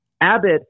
Abbott